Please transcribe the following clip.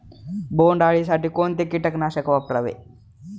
बोंडअळी साठी कोणते किटकनाशक वापरावे?